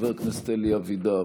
חבר הכנסת אלי אבידר,